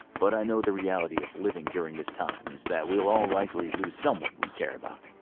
but i know the reality of living during this time is that we will all likely lose someone we care about.